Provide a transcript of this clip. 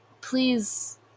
please